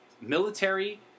military